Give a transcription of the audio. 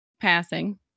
passing